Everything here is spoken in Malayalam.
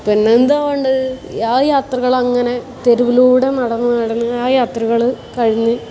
പിന്നെന്താണ് വേണ്ടത് ആ യാത്രകൾ അങ്ങനെ തെരുവിലൂടെ നടന്ന് നടന്ന് ആ യാത്രകൾ കഴിഞ്ഞു